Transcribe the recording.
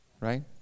Right